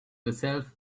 yourself